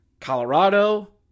Colorado